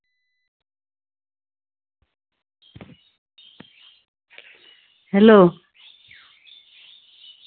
hello